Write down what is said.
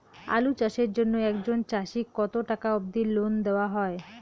আলু চাষের জন্য একজন চাষীক কতো টাকা অব্দি লোন দেওয়া হয়?